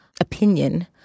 opinion